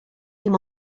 dim